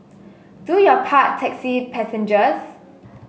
do your part taxi passengers